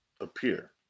appear